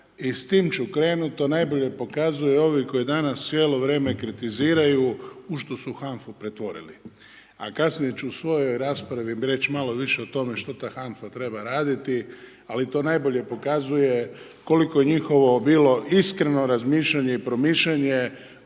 I s time ću krenuti, to najbolje pokazuje ovi koji danas cijelo vrijeme kritiziraju u što su HANFA-u pretvorili a kasnije ću u svojoj raspravi reći malo više o tome što ta HANF-a treba raditi ali to najbolje pokazuje koliko je njihovo bilo iskreno razmišljanje i promišljanje